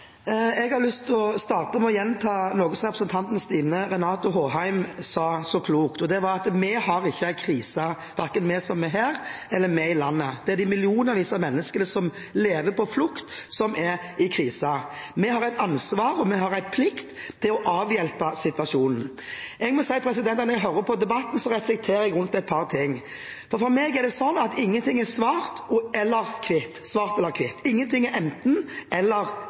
klokt: Vi har ikke en krise her, det er de millionene av mennesker som lever på flukt, som er i krise. Vi har et ansvar og vi har en plikt til å avhjelpe situasjonen. Når jeg hører på debatten, reflekterer jeg rundt et par ting: For meg er det slik at ingenting er svart eller hvitt, ingenting er enten eller eller. Jeg har lært, etter å ha levd i livet i 49 år, at politikk er